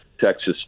texas